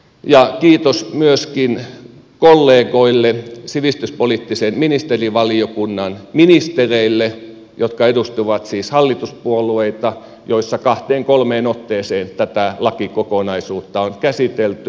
ja kiitos myöskin kollegoille sivistyspoliittisen ministerivaliokunnan ministereille jotka edustivat siis hallituspuolueita joissa kahteen kolmeen otteeseen tätä lakikokonaisuutta on käsitelty